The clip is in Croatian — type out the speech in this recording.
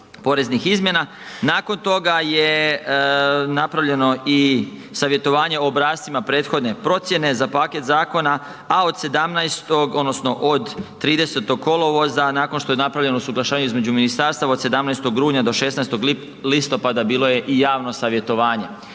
poreznih izmjena. Nakon toga je napravljeno i savjetovanje o obrascima prethodne procjene za paket zakona, a od 30. kolovoza nakon što je napravljeno suglašavanje između ministarstava od 17. rujna do 16. listopada bilo je i javno savjetovanje.